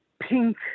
pink